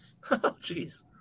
Jeez